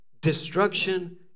destruction